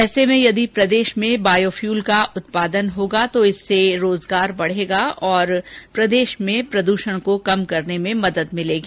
ऐसे में यदि प्रदेश में बायोफ़यूल का उत्पादन होगा तो इससे रोजगार बढेगा तथा प्रद्रषण को कम करने में मदद मिलेगी